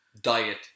diet